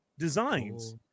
Designs